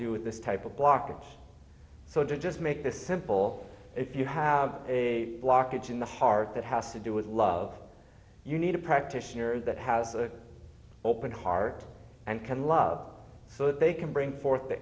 do with this type of blocked so don't just make the simple if you have a blockage in the heart that has to do with love you need a practitioner that has a open heart and can love so they can bring forth the